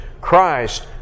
Christ